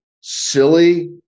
silly